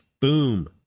Boom